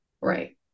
Right